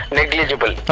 negligible